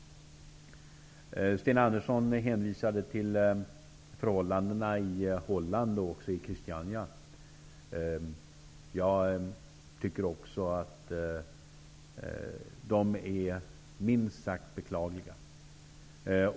Sten Andersson hänvisade till förhållandena i Holland och även i Christiania. Jag tycker också att de är minst sagt beklagliga.